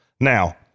Now